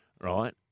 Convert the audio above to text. right